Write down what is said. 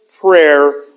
prayer